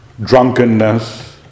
drunkenness